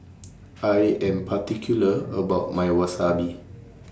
I Am particular about My Wasabi